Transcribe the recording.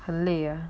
很累啊